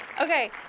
Okay